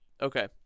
Okay